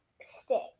stick